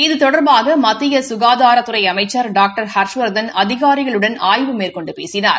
இது தொடர்பாக மத்திய சுகாதாரத்துறை அமைச்சர் டாக்டர் ஹர்ஷவர்தன் அதிகாரிகளுடன் ஆய்வு மேற்கொண்டு பேசினார்